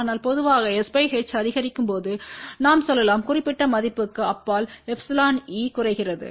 ஆனால் பொதுவாக s h அதிகரிக்கும்போது நாம் சொல்லலாம் குறிப்பிட்ட மதிப்புக்கு அப்பால் εeகுறைகிறது